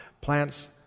Plants